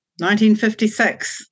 1956